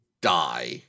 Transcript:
die